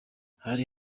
hari